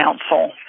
Council